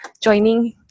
joining